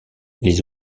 les